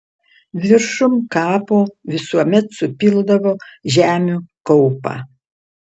viršum kapo visuomet supildavo žemių kaupą